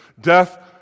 Death